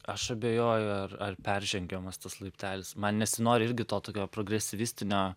aš abejoju ar ar peržengiamas tas laiptelis man nesinori irgi to tokio progresyvistinio